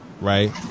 right